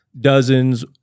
dozens